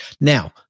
Now